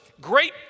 great